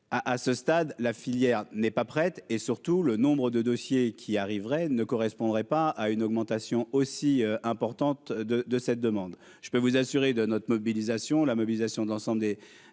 à ce stade, la filière n'est pas prête et, surtout, le nombre de dossiers qui arriveraient ne correspondrait pas à une augmentation aussi importante de de cette demande, je peux vous assurer de notre mobilisation, la mobilisation de l'ensemble des